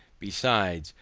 besides,